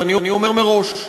ואני אומר מראש: